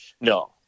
No